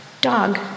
dog